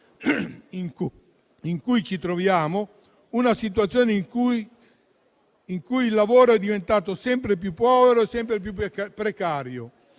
in cui ci troviamo, una situazione in cui il lavoro è diventato sempre più povero e sempre più precario.